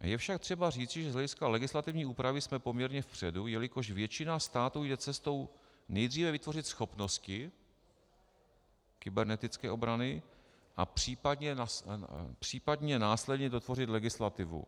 Je však třeba říci, že z hlediska legislativní úpravy jsme poměrně vpředu, jelikož většina států jde cestou nejdříve vytvořit schopnosti kybernetické obrany a případně následně dotvořit legislativu.